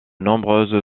nombreuses